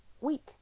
week